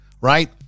Right